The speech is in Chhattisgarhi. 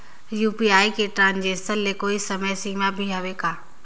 यू.पी.आई के ट्रांजेक्शन ले कोई समय सीमा भी हवे का?